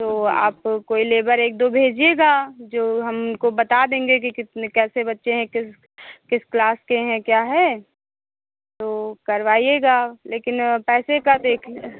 तो आप कोई लेबर एक दो भेजिएगा जो हम उनको बता देंगे कि कितने कैसे बच्चे हैं किस किस क्लास के हैं क्या है तो करवाइएगा लेकिन पैसे का देखिए